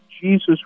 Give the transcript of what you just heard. Jesus